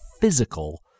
physical –